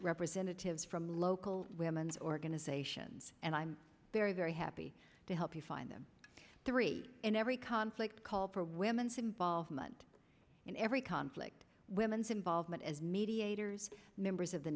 representatives from local women's organizations and i'm very very happy to help you and them three in every conflict call for women's involvement in every conflict women's involvement as mediators members of the